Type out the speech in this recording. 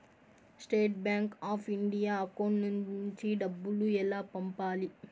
State Bank of India account నుంచి డబ్బులు ఎలా పంపాలి?